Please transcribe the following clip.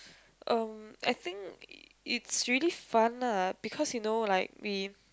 um I think it's really fun lah because you know like we